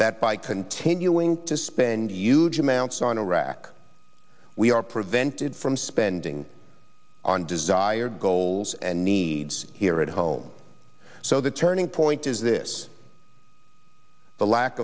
that by continuing to spend huge amounts on iraq we are prevented from spending on desired goals and needs here at home so the turning point is this the lack